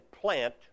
plant